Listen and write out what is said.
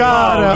God